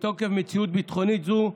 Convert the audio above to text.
מתוקף מציאות ביטחונית זו,